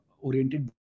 oriented